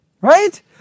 Right